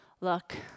look